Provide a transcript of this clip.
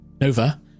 Nova